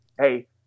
hey